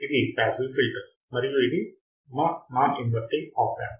ఇది passive filter మరియు ఇది మా నాన్ ఇన్వర్టింగ్ ఆప్ యాంప్